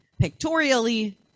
pictorially